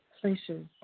places